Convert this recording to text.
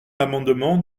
l’amendement